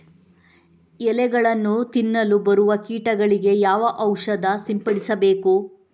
ಎಲೆಗಳನ್ನು ತಿನ್ನಲು ಬರುವ ಕೀಟಗಳಿಗೆ ಯಾವ ಔಷಧ ಸಿಂಪಡಿಸಬೇಕು?